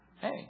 Hey